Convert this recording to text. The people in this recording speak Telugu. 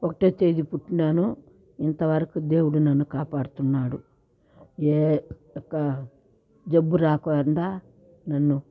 ఒకటవ తేదీ పుట్టినాను ఇంతవరకు దేవుడు నన్ను కాపాడుతున్నాడు ఏ ఒక జబ్బు రాకుండా నన్ను